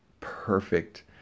perfect